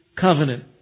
covenant